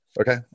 Okay